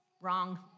Wrong